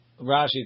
Rashi